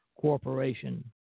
Corporation